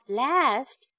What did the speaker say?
last